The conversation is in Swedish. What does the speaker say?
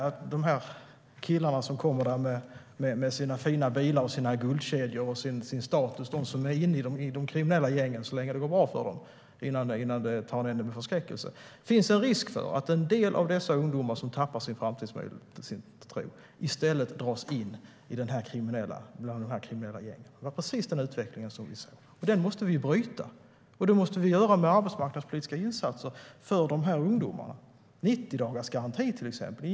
Samtidigt kan man se killarna som kommer med sina fina bilar, sina guldkedjor och sin status. Det är de som är inne i de kriminella gängen. Så är det så länge det går bra för dem, innan det tar en ände med förskräckelse. Det finns en risk att en del av de ungdomar som tappar sin framtidstro i stället dras in i de kriminella gängen. Det var precis den utveckling som vi såg. Den måste vi bryta, och det måste vi göra med arbetsmarknadspolitiska insatser för de här ungdomarna. Det handlar till exempel om en 90-dagarsgaranti.